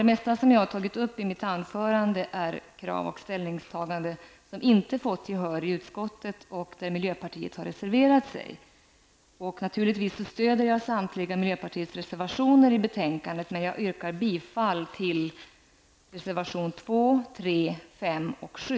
Det mesta som jag har tagit upp i mitt anförande är krav och ställningstaganden som inte fått gehör i utskottet och där miljöpartiet har reserverat sig. Naturligtvis stöder jag samtliga miljöpartiets reservationer i betänkandet, men jag yrkar bifall till reservationerna 2, 3, 5 och 7.